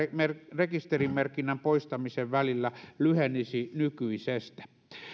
rekisterimerkinnän poistamisen välillä lyhenisi nykyisestä